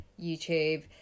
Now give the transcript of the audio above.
YouTube